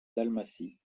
dalmatie